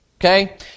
Okay